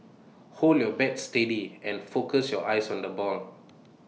hold your bat steady and focus your eyes on the ball